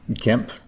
Kemp